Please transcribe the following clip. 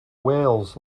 wales